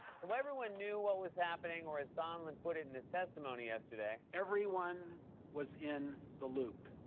so everyone knew what was happening, or as sondland put it in his testimony yesterday. everyone was in the loop.